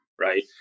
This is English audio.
right